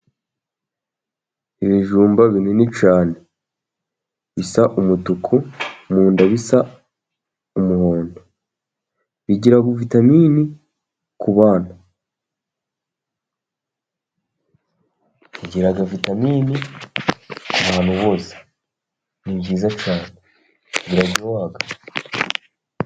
Ibijumba binini cyane. Bisa umutuku, mu nda bisa umuhondo. Bigira vitamini ku bana. Bigira vitamini ku bantu bose. Ni byiza cyane. Biraryoha.